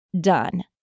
done